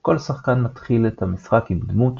כל שחקן מתחיל את המשחק עם דמות,